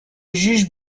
juge